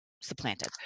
supplanted